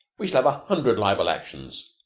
we shall have a hundred libel actions.